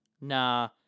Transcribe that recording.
Nah